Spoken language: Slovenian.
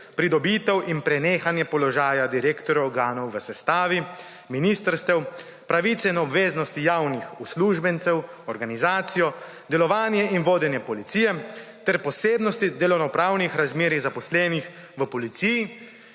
pridobitev in prenehanje položaja direktorjev organov v sestavi ministrstev, pravice in obveznosti javnih uslužbencev, organizacijo, delovanje in vodenje policije ter posebnosti delovnopravnih razmerij zaposlenih v policiji